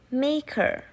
maker